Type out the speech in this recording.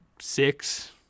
six